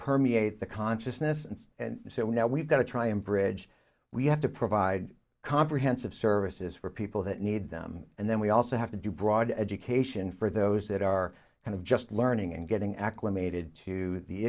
permeate the consciousness and so now we've got to try and bridge we have to provide comprehensive services for people that need them and then we also have to do broad education for those that are kind of just learning and getting acclimated to the